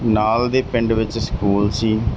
ਨਾਲ ਦੇ ਪਿੰਡ ਵਿੱਚ ਸਕੂਲ ਸੀ